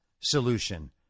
Solution